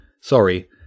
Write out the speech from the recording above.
Sorry